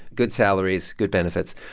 good salaries, good benefits.